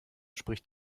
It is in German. spricht